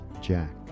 Jack